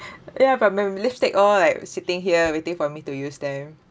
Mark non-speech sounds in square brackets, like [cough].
[laughs] ya but my lipstick all like sitting here waiting for me to use them